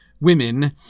women